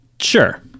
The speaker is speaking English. Sure